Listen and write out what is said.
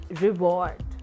reward